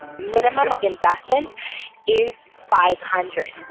minimum investment is five hundred.